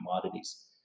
commodities